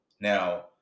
Now